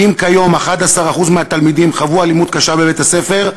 ואם כיום 11% מהתלמידים חוו אלימות קשה בבית-הספר,